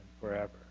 forever